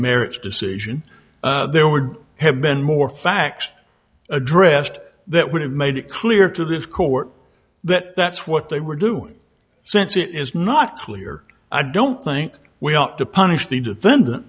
marriage decision there would have been more facts addressed that would have made it clear to the court that that's what they were doing since it is not clear i don't think we ought to punish the defendant